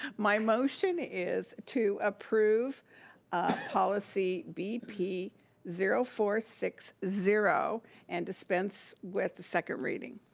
my motion is to approve policy b p zero four six zero and dispense with the second reading.